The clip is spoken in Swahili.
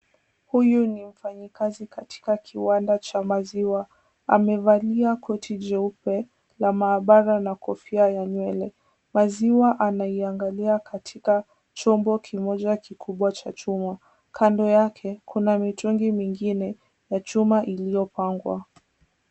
Huyu ni mfanyikazi katika kiwanda cha maziwa. Amevalia koti jeupe la maabara na kofia ya nywele. Maziwa anaiangalia katika chombo kimoja kikubwa cha chuma, kando yake kuna mitungi mingine ya chuma iliyopangwa.